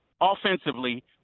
offensively